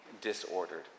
disordered